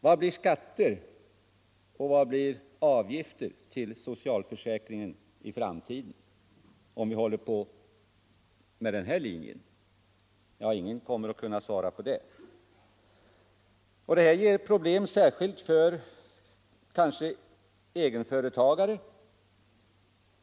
Vad blir skatter och vad blir avgifter till socialförsäkringen i framtiden, om vi fortsätter efter den här linjen? Ingen kommer att kunna svara på det. Det är ett problem särskilt för egenföretagare.